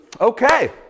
okay